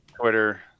Twitter